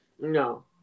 No